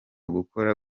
gukora